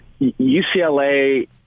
UCLA